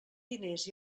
diners